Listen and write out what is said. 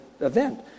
event